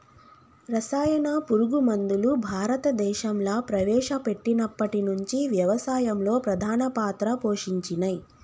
రసాయన పురుగు మందులు భారతదేశంలా ప్రవేశపెట్టినప్పటి నుంచి వ్యవసాయంలో ప్రధాన పాత్ర పోషించినయ్